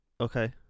Okay